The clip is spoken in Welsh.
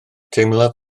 teimlaf